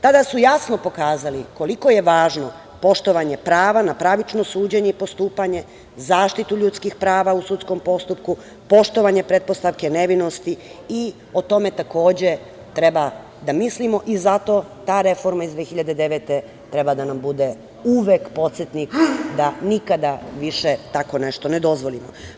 Tada su jasno pokazali koliko je važno poštovanje prava na pravično suđenje i postupanje, zaštitu ljudskih prava u sudskom postupku, poštovanje pretpostavke nevinosti i o tome takođe treba da mislimo i zato ta reforma iz 2009. godine, treba da nam bude uvek podsetnik da nikada više tako nešto ne dozvolimo.